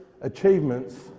achievements